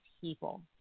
people